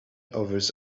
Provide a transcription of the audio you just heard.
others